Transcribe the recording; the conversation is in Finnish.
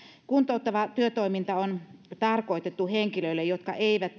kuntouttava työtoiminta on tarkoitettu henkilöille jotka eivät